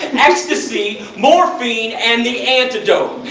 ecstasy, morphine, and the antidote.